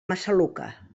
massaluca